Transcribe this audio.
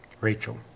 Rachel